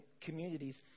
communities